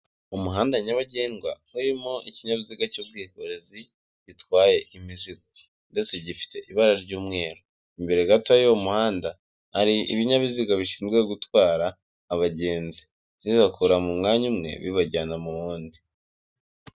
Umuhanda nyabagendwa urimo ikinyabiziga cy'ubwikorezi gitwaye imizigo ndetse gifite ibara ry'umweru, imbere gato y'uwo muhanda hari ibinyabiziga bishinzwe gutwara abagenzi zibakura mu mwanya umwe bibajyana mu wundi.